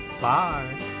bye